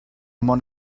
món